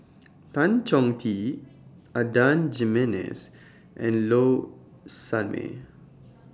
Tan Chong Tee Adan Jimenez and Low Sanmay